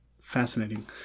Fascinating